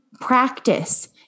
practice